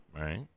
Right